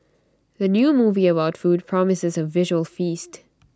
the new movie about food promises A visual feast